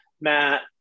Matt